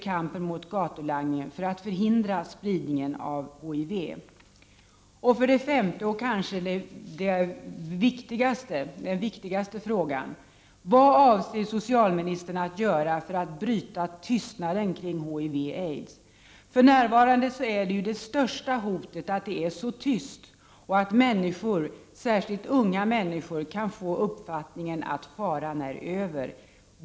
kampen mot gatulangningen, för att förhindra spridning av HIV? För det femte, kanske den viktigaste frågan, vad avser socialministern att göra för att bryta tystnaden kring HIV och aids? För närvarande utgörs det största hotet av att det är så tyst och att människor, särskilt unga människor, kan få uppfattningen att faran är över.